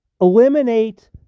eliminate